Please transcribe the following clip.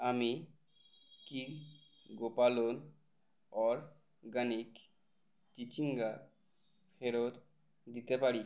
আমি কি গো পালন অরগানিক চিচিঙ্গা ফেরত দিতে পারি